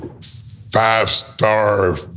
five-star